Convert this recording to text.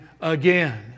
again